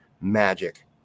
magic